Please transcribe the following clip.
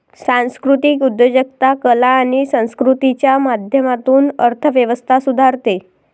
सांस्कृतिक उद्योजकता कला आणि संस्कृतीच्या माध्यमातून अर्थ व्यवस्था सुधारते